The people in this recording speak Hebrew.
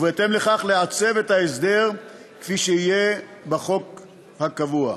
ובהתאם לכך לעצב את ההסדר כפי שיהיה בחוק הקבוע.